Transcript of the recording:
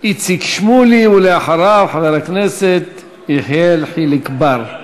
איציק שמולי, ואחריו, חבר הכנסת יחיאל חיליק בר.